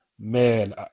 man